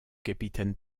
capitaine